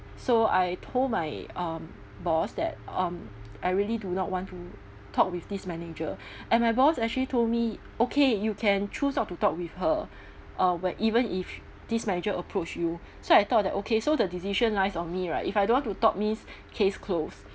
so I told my um boss that um I really do not want to talk with this manager and my boss actually told me okay you can choose not to talk with her uh where even if this manager approach you so I thought that okay so the decision lies on me right if I don't want to talk means case closed